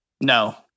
No